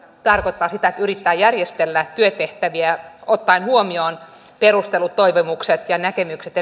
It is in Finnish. tarkoittaa sitä että yritetään järjestellä työtehtäviä ottaen huomioon eri henkilöiden perustellut toivomukset ja näkemykset